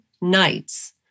nights